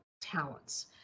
talents